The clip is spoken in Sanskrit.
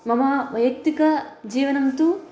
मम वैयक्तिकजीवनं तु